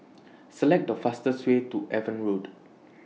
Select The fastest Way to Avon Road